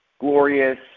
glorious